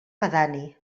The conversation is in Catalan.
pedani